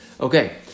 Okay